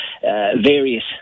various